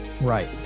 Right